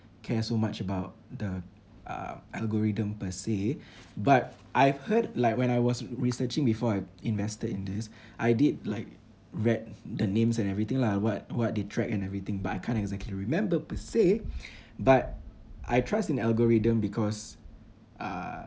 care so much about the uh algorithm per se but I've heard like when I was researching before I invested in this I did like read the names and everything lah what what they track and everything but I can't exactly remember per se but I trust in algorithm because uh